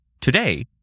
Today